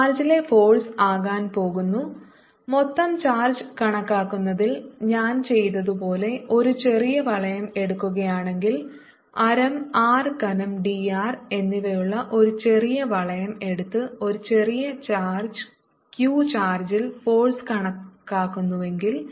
ചാർജിലെ force ആകാൻ പോകുന്നു മൊത്തം ചാർജ് കണക്കാക്കുന്നതിൽ ഞാൻ ചെയ്തതുപോലെ ഒരു ചെറിയ വളയം എടുക്കുകയാണെങ്കിൽ ആരം r കനം d r എന്നിവയുള്ള ഒരു ചെറിയ വളയം എടുത്ത് ഈ ചെറിയ q ചാർജിൽ ഫോഴ്സ് കണക്കാക്കുന്നുവെങ്കിൽ